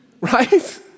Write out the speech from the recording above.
Right